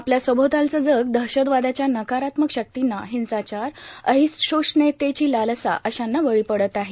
आपल्या सभोवतालचं जग दहशतवादयाच्या नकारात्मक शक्तींना हिंसाचार असहिष्णुतेची लालसा अशांना बळी पडत आहेत